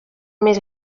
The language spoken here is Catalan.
més